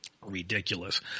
Ridiculous